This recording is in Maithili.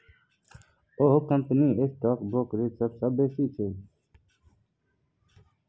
ओहि कंपनीक स्टॉक ब्रोकरेज सबसँ बेसी छै